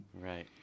Right